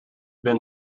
been